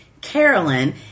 Carolyn